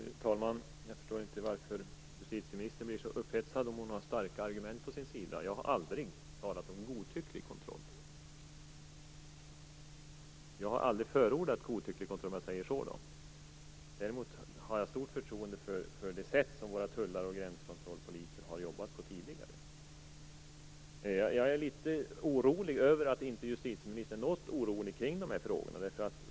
Herr talman! Jag förstår inte varför justitieministern blir så upphetsad om hon har starka argument på sin sida. Jag har aldrig förordat godtycklig kontroll. Däremot har jag stort förtroende för det sätt som våra tullare och gränskontrollpoliser har jobbat på tidigare. Jag är litet orolig över att justitieministern inte alls är orolig över dessa frågor.